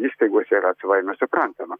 įstaigose yra savaime suprantama